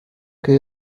que